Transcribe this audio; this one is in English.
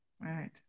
Right